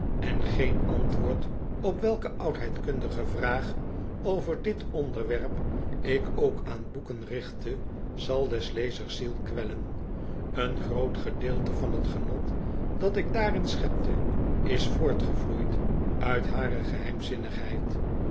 en geen antwoord op welke oudheidkundige vraag over dit onderwerp ik ook aan boeken richtte zal des lezers ziel kwellen een groot gedeelte van t genot dat ik daarin schepte is voortgevloeid uit hare geheimzinnigheid